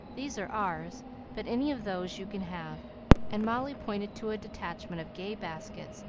these are ours but any of those you can have and molly pointed to a detachment of gay baskets,